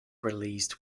released